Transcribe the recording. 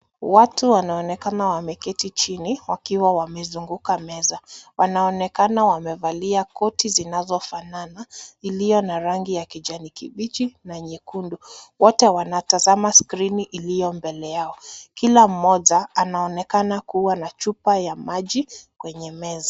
Watu wanaonekana wameketi chini wakiwa wamezunguka meza. Wanaonekana wamevalia koti zinazofanana, iliyo na rangi ya kijani kibichi na nyekundu. Wote wanatazama skrini iliyo mbele yao. Kila mmoja, anaonekana kuwa na chupa ya maji kwenye meza.